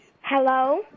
Hello